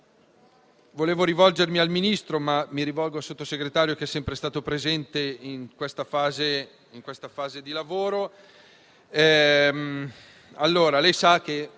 Volevo rivolgermi al Ministro, ma mi rivolgo al Sottosegretario, che è sempre stato presente in questa fase di lavoro.